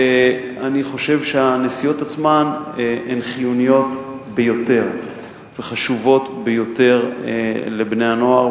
אני חושב שהנסיעות עצמן הן חיוניות ביותר וחשובות ביותר לבני-הנוער,